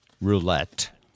roulette